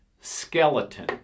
skeleton